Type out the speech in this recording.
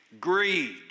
greed